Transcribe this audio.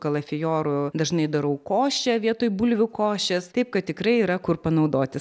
kalafioru dažnai darau košę vietoj bulvių košės taip kad tikrai yra kur panaudoti